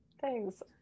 thanks